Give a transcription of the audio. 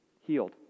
healed